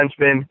defenseman